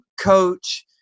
coach